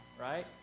right